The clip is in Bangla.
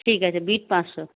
ঠিক আছে বিট পাঁচশো